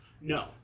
No